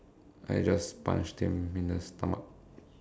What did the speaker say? I just punched him in the stomach